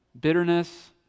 bitterness